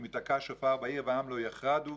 אם ייתקע שופר בעיר ועם לא יחרדו,